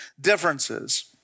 differences